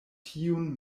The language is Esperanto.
tiun